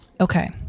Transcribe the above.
Okay